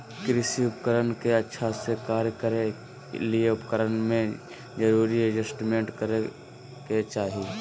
कृषि उपकरण के अच्छा से कार्य करै ले उपकरण में जरूरी एडजस्टमेंट करै के चाही